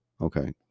Okay